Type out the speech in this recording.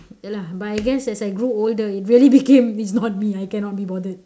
ya lah but I guess as I grew older it really became it's not me I cannot be bothered